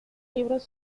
libros